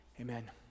amen